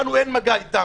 לנו אין מגע איתם,